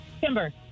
Timber